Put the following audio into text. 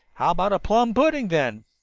how about a plum pudding, then?